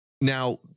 Now